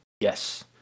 Yes